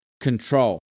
Control